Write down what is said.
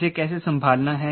इसे कैसे संभालना है